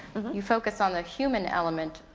you focus on the human element,